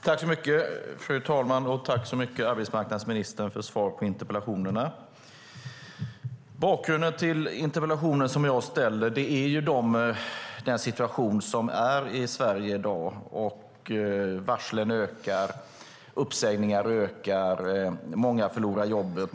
Fru talman! Jag tackar arbetsmarknadsministern för svaret på interpellationerna. Bakgrunden till den interpellation som jag ställer är den situation som råder i Sverige i dag. Varslen ökar, uppsägningarna ökar och många förlorar jobbet.